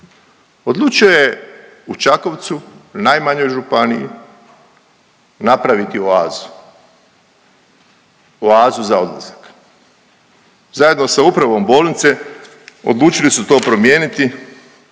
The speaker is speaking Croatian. Odlučio je u Čakovcu u najmanjoj županiji napraviti oazu, oazu za odlazak, zajedno sa upravom bolnice odlučili su to promijeniti